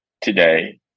today